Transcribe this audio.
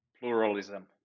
pluralism